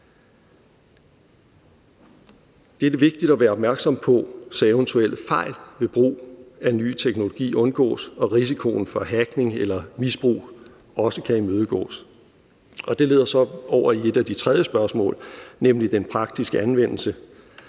Det er det vigtigt at være opmærksom på, så eventuelle fejl ved brug af ny teknologi undgås og risikoen for hackning eller misbrug også kan imødegås. Det leder så over i det tredje spørgsmål, nemlig den praktiske anvendelse: